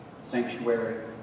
Sanctuary